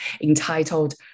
entitled